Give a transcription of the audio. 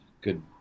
good